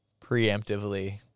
Preemptively